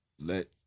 let